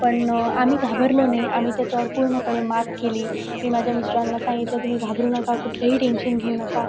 पण आम्ही घाबरलो नाही आम्ही त्याच्यावर पूर्णपणे मात केली मी माझ्या मिस्टरांना सांगितलं तुम्ही घाबरू नका कुठलेही टेन्शन घेऊ नका